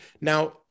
Now